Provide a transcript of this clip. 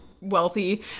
wealthy